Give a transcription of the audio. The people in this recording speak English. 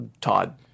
Todd